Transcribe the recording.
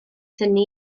thynnu